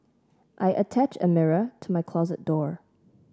I attached a mirror to my closet door